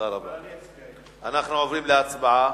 אנחנו עוברים להצבעה.